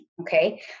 Okay